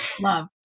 love